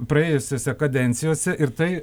praėjusiose kadencijose ir tai